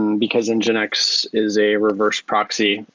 and because and nginx is a reverse proxy,